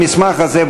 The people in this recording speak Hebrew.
במסמך הזה,